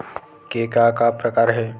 के का का प्रकार हे?